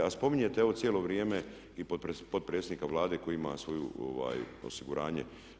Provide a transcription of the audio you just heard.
A spominjete ovo cijelo vrijeme i potpredsjednika Vlade koji ima svoju osiguranje.